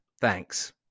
Thanks